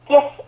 Yes